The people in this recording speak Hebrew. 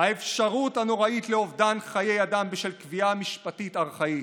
האפשרות הנוראית לאובדן חיי אדם בשל קביעה משפטית ארכאית.